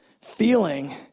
feeling